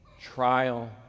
trial